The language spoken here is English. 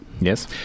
Yes